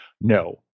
no